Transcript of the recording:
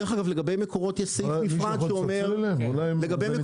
לגבי מקורות יש סעיף נפרד שאומר שאישור ניתוקים